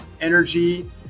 energy